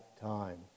time